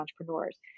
entrepreneurs